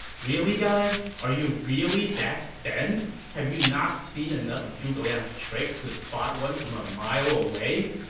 really, guys? are you really that dense? have you not seen enough of zhuge liang's tricks to spot one from a mile away?